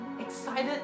excited